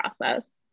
process